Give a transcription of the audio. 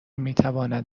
میتواند